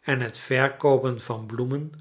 en het verkoopen van bloemen